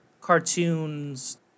cartoons